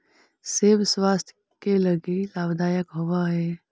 सेब स्वास्थ्य के लगी लाभदायक होवऽ हई